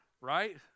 right